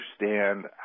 understand